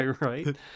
Right